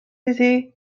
iddi